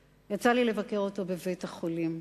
רביץ, יצא לי לבקר אותו בבית-החולים,